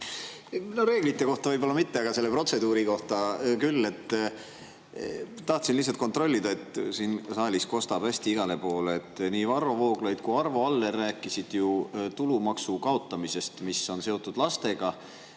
Reeglite kohta võib-olla mitte, aga protseduuri kohta küll. Tahtsin lihtsalt kontrollida, kas siin saalis kostab hästi igale poole. Nii Varro Vooglaid kui ka Arvo Aller rääkisid ju tulumaksu[vabastuse] kaotamisest, mis on seotud lastega.